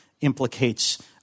implicates